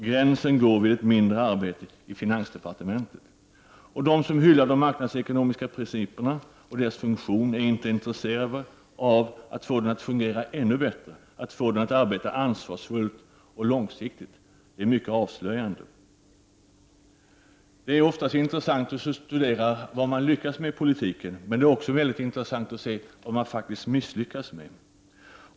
Gränsen går vid ett mindre arbete i finansdepartementet. De som hyllar de marknadsekonomiska principerna och deras funktion är inte intresserade av att få dem att fungera ännu bättre, att få dem att arbeta ansvarsfullt och långsiktigt. Det är mycket avslöjande. Det är ofta intressant att studera vad man lyckas med i politiken. Men det är också intressant att se vad man misslyckas med.